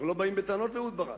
אנחנו לא באים בטענות לאהוד ברק.